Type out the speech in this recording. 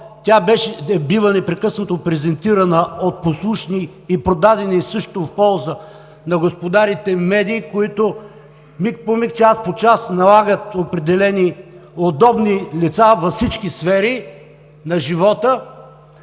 тя е била непрекъснато презентирана от послушни и продадени също в полза на господарите медии, които миг по миг, час по час налагат определени удобни лица във всички сфери на живота.